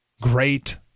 great